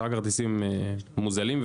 שאר הכרטיסים מוזלים,